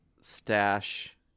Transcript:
stash